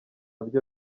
byo